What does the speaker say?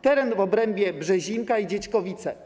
Teren w obrębie Brzezinka i Dziećkowice”